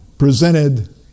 Presented